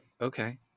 okay